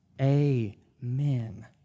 Amen